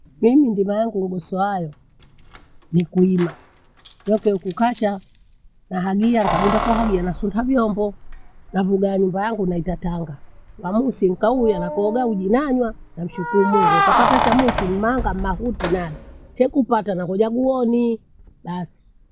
Mimi ndima yangu nidoso hayo ni kuima. Kuwekio kukacha nahagia nikagunda kuhagia nasunta vyombo. Navuga nyumba yangu naita tanga. Wamusi nikauya nakologa uji nanywa, namshukuru Mungu. Nikapata chamusi nimanga mahuti nada sekupata nakuja guoni, basi.